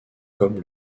comme